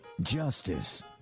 justice